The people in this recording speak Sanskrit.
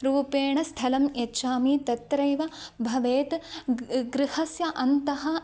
रूपेण स्थलं यच्छामि तत्रैव भवेत् ग् गृहस्य अन्तः